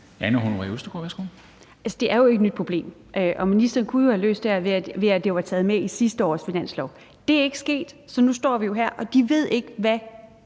det er jo ikke et nyt problem, og ministeren kunne jo have løst det her, ved at det var taget med i sidste års finanslov. Det er ikke sket, så nu står vi jo her, og de ved ikke, hvad